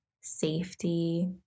safety